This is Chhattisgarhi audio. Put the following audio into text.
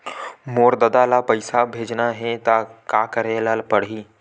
मोर ददा ल पईसा भेजना हे त का करे ल पड़हि?